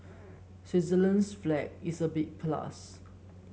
Switzerland's flag is a big plus